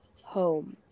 home